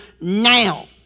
now